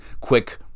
quick